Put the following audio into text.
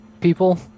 people